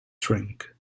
drink